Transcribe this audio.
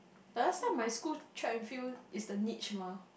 but last time my school check until is the niche mah